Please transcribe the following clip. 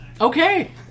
Okay